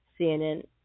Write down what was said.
CNN